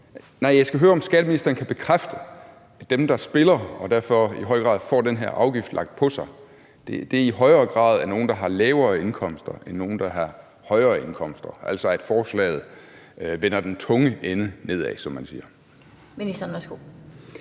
og jeg skal høre, om skatteministeren kan bekræfte, at dem, der spiller og derfor i høj grad får den her afgift lagt på sig, i højere grad er nogle, der har lavere indkomster, end nogle, der har højere indkomster, altså at forslaget vender den tunge ende nedad, som man siger. Kl. 20:03 Den fg.